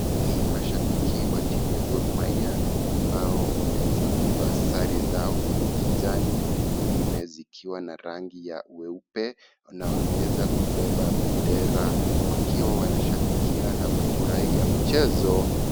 Ni mashabiki wa timu ya Gor Mahia ambao wameweza kuvaa sare zao zenye kijani wengine zikiwa na rangi ya uweupe na wameweza kubeba bendera wakiwa wanashabikia na kufurahia mchezo.